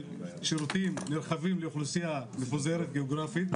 שירותים נרחבים לאוכלוסייה מפוזרת גיאוגרפית,